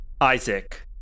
Isaac